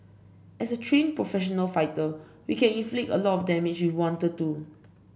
as a trained professional fighter we can inflict a lot of damage if we wanted to